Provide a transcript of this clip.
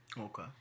Okay